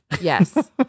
Yes